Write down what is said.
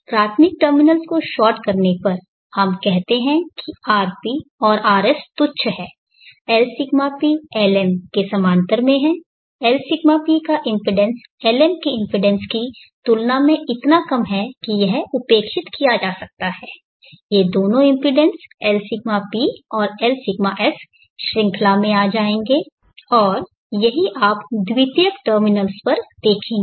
प्राथमिक टर्मिनल्स को शार्ट करने पर हम कहते हैं कि rp और rs तुच्छ हैं Lσp Lm के समांतर हैं Lσp का इम्पीडेन्स Lm के इम्पीडेन्स की तुलना में इतना कम है कि यह उपेक्षित किया जा सकता है ये दो इम्पीडेन्स Lσp और Lσs श्रृंखला में आ जाएंगे और यही आप द्वितीयक टर्मिनल्स पर देखेंगे